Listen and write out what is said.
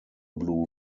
blew